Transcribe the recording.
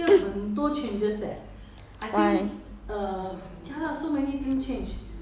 我也是很久没有去不要看好现在